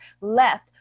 left